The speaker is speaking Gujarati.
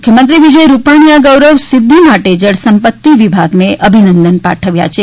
મુખ્યમંત્રી વિજય રૂપાણીએ આ ગૌરવ સિદ્ધિ માટે જળ સંપતિ વિભાગને અભિનંદન પાઠવ્યા છે